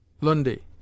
Lundi